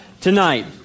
tonight